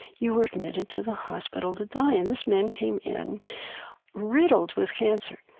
you were admitted to the hospital to die. and this man came in riddled with cancer.